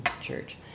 church